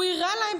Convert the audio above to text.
הוא הראה להם.